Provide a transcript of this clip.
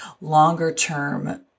longer-term